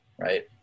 right